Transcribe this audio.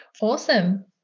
Awesome